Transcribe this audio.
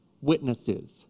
witnesses